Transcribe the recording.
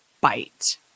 bite